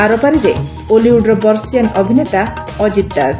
ଆରପାରିରେ ଓଲିଉଡ୍ର ବର୍ଷୀୟାନ୍ ଅଭିନେତା ଅଜିତ୍ ଦାସ